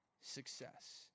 success